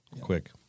quick